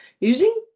using